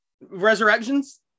Resurrections